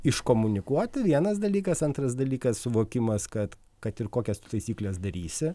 iškomunikuoti vienas dalykas antras dalykas suvokimas kad kad ir kokias tu taisykles darysi